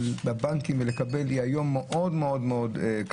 השקעה דרך הבנקים היא היום מאוד קשה.